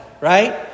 right